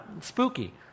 spooky